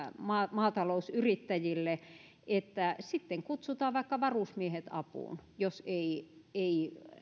maatalousyrittäjille että sitten kutsutaan vaikka varusmiehet apuun jos ei ei